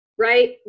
Right